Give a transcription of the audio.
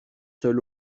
seul